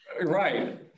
Right